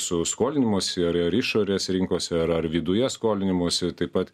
su skolinimosi ar ar išorės rinkose ar ar viduje skolinimosi taip pat